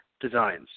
designs